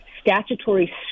statutory